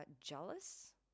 jealous